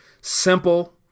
simple